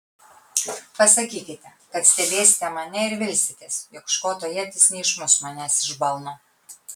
pasakykite kad stebėsite mane ir vilsitės jog škoto ietis neišmuš manęs iš balno